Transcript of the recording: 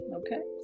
okay